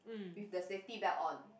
with the safety belt on